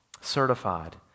certified